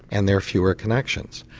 and there are fewer connections.